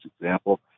example